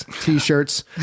t-shirts